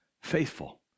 faithful